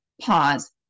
pause